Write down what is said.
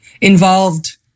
involved